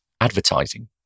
advertising